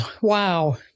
Wow